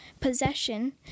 possession